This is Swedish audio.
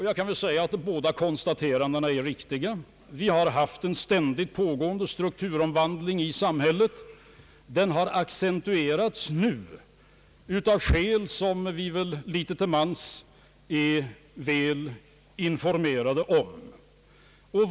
Jag kan väl säga att båda konstaterandena är riktiga — vi har haft en ständigt pågående strukturomvandling i samhället, och den har nu accentuerats av skäl, som vi litet till mans är väl informerade om.